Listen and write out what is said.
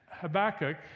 Habakkuk